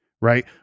right